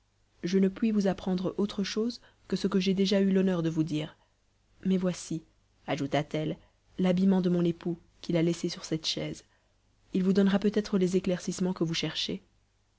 je ne puis vous apprendre autre chose que ce que j'ai déjà eu l'honneur de vous dire mais voici ajouta-t-elle l'habillement de mon époux qu'il a laissé sur cette chaise il vous donnera peut-être les éclaircissements que vous cherchez